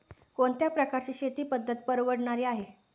कोणत्या प्रकारची शेती पद्धत परवडणारी आहे?